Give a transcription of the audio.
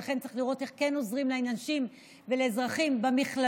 ולכן צריך לראות איך כן עוזרים לאנשים ולאזרחים במכללות,